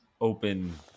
open